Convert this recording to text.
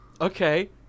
Okay